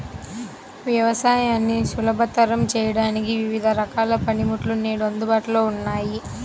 వ్యవసాయాన్ని సులభతరం చేయడానికి వివిధ రకాల పనిముట్లు నేడు అందుబాటులో ఉన్నాయి